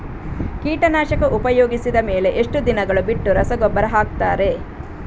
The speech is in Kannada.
ಕೀಟನಾಶಕ ಉಪಯೋಗಿಸಿದ ಮೇಲೆ ಎಷ್ಟು ದಿನಗಳು ಬಿಟ್ಟು ರಸಗೊಬ್ಬರ ಹಾಕುತ್ತಾರೆ?